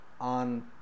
on